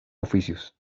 oficios